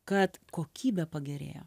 kad kokybė pagerėjo